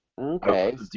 Okay